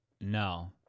No